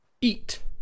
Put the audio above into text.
Eat